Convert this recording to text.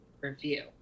review